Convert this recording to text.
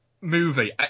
movie